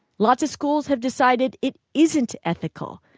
lots of schools have decided it isn't ethical,